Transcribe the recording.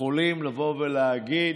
יכולים ולהגיד: